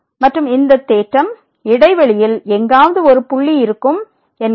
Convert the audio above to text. மற்றும் இந்த தேற்றம் இடைவெளியில் எங்காவது ஒரு புள்ளி இருக்கும் என்கிறது